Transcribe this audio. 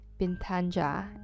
Bintanja